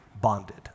bonded